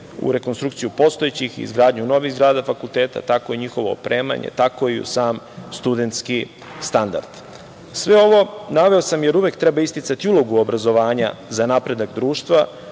u rekonstrukciju postojećih i izgradnju novih zgrada fakulteta, tako i njihovo opremanje, tako i u sam studentski standard. Sve ovo naveo sam jer uvek treba isticati ulogu obrazovanja za napredak društva,